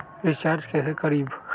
Recharge कैसे करीब?